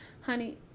Honey